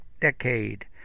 decade